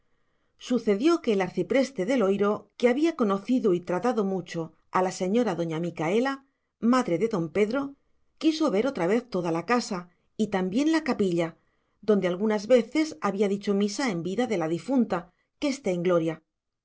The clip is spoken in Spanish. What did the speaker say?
sucedió que el arcipreste de loiro que había conocido y tratado mucho a la señora doña micaela madre de don pedro quiso ver otra vez toda la casa y también la capilla donde algunas veces había dicho misa en vida de la difunta que esté en gloria